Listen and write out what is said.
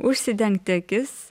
užsidengti akis